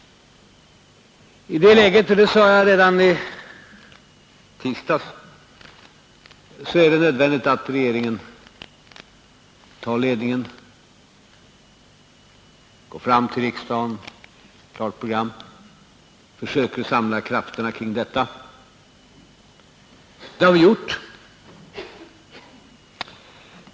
I detta läge — det sade jag redan i tisdags — är det nödvändigt att regeringen tar ledningen, går till riksdagen med ett klart program och försöker att samla krafterna kring detta. Det har vi gjort.